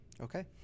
okay